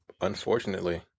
Unfortunately